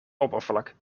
oppervlak